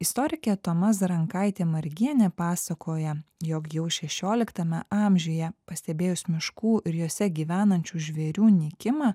istorikė toma zarankaitė margienė pasakoja jog jau šešioliktame amžiuje pastebėjus miškų ir juose gyvenančių žvėrių nykimą